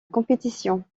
compétition